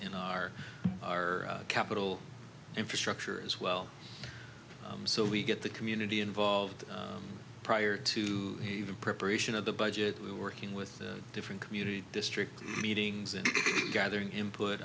in our our capital infrastructure as well so we get the community involved prior to even preparation of the budget we working with different community district meetings and gathering input